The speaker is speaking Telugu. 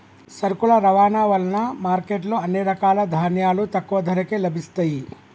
సరుకుల రవాణా వలన మార్కెట్ లో అన్ని రకాల ధాన్యాలు తక్కువ ధరకే లభిస్తయ్యి